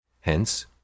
Hence